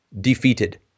defeated